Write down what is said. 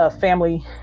family